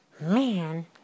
Man